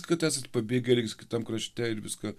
kad esat pabėgėlis kitam krašte ir viską